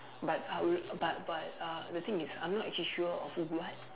but I would but but uh the thing is I'm not actually sure of what